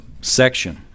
section